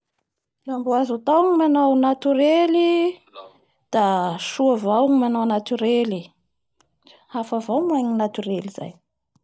La mbo azo atao ny manao ny natorely, da soa avao ny manao ny natorely. Hafa avao ny manao natorely zay.